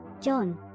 John